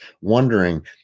wondering